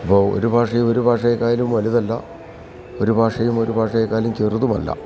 അപ്പോള് ഒരു ഭാഷയും ഒരു ഭാഷയെക്കാളും വലുതല്ല ഒരു ഭാഷയും ഒരു ഭാഷയെക്കാളും ചെറുതുമല്ല